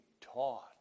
taught